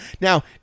Now